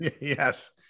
Yes